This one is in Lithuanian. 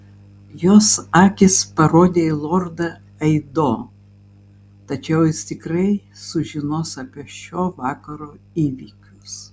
jos akys parodė į lordą aido tačiau jis tikrai sužinos apie šio vakaro įvykius